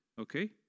okay